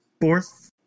fourth